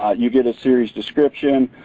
you get a series description,